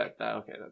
Okay